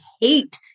hate